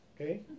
okay